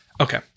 okay